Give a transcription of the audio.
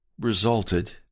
resulted